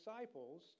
disciples